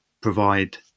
provide